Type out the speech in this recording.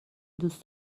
دوست